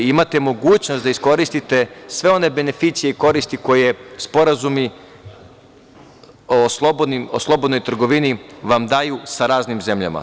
Imate mogućnost da iskoristite sve one beneficije i koristi koje sporazumi o slobodnoj trgovini vam daju sa raznim zemljama.